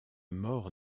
morts